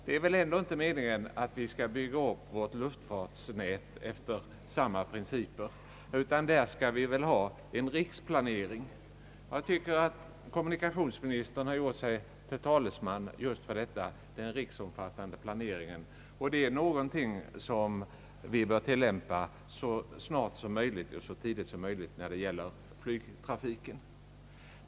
Det är ändå inte meningen att vi skall bygga upp vårt luftfartsnät efter sådana principer, utan vi bör väl ha en riksplanering. Kommunikationsministern har — som jag tycker med rätta — gjort sig till talesman för en riksomfattande planering på andra områden. Den är någonting som vi bör tilllämpa också när det gäller flygtrafiken.